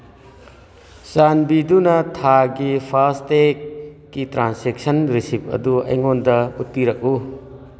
ꯆꯥꯟꯕꯤꯗꯨꯅ ꯊꯥꯒꯤ ꯐꯥꯁ ꯇꯦꯛꯀꯤ ꯇ꯭ꯔꯥꯟꯁꯦꯛꯁꯟ ꯔꯤꯁꯤꯞ ꯑꯗꯨ ꯑꯩꯉꯣꯟꯗ ꯎꯠꯄꯤꯔꯛꯎ